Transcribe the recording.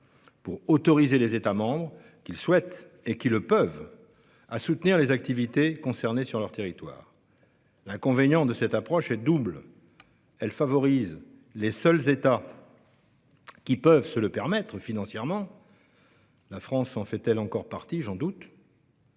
pour autoriser les États membres qui le souhaitent et qui le peuvent à soutenir les activités concernées sur leur territoire. L'inconvénient de cette approche est double : elle favorise les seuls États qui peuvent se le permettre financièrement- la France en fait-elle encore partie ? j'en doute